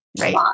Right